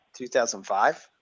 2005